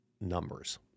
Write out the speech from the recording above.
numbers